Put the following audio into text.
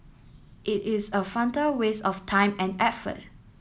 it is a waste of time and effort